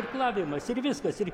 irklavimas ir viskas ir